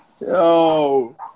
Yo